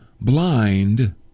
blind